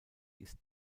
ist